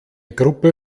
gruppe